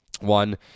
one